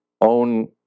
own